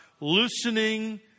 loosening